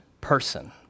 person